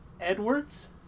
Edwards